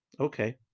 okay